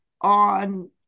on